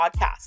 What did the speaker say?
podcast